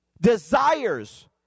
desires